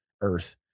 earth